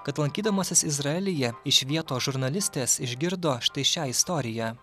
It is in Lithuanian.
kad lankydamasis izraelyje iš vietos žurnalistės išgirdo štai šią istoriją